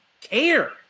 care